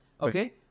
okay